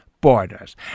borders